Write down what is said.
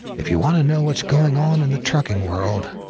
if you want to know what's going on in the trucking world,